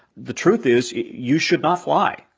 the truth is, you should not fly.